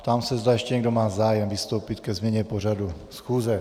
Ptám se, zda ještě někdo má zájem vystoupit ke změně pořadu schůze.